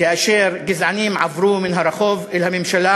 כאשר גזענים עברו מן הרחוב אל הממשלה.